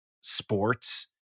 sports